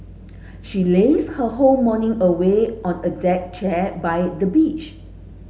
she lazed her whole morning away on a deck chair by the beach